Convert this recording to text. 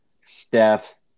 Steph